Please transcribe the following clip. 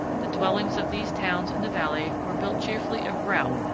the dwellings of these towns in the valley were built chiefly of grout,